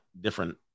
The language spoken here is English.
different